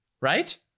Right